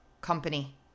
company